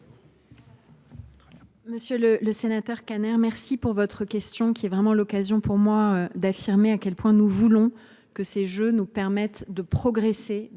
Monsieur le sénateur Kanner, je vous remercie de votre question, qui est vraiment l’occasion pour moi d’affirmer à quel point nous voulons que ces Jeux nous permettent de progresser